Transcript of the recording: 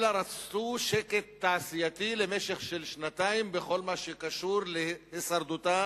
אלא רצו שקט תעשייתי למשך של שנתיים בכל מה שקשור להישרדותה